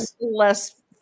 less